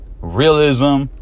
Realism